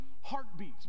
heartbeats